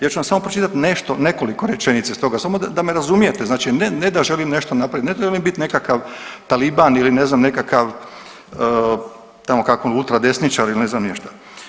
Ja ću vam samo pročitat nešto, nekoliko rečenica stoga samo da me razumijete znači ne, ne da želim nešto napravit, ne želim biti nekakav taliban ili ne znam nekakav tamo kako ultradesničar ili ne znam ni ja šta.